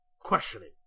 questioning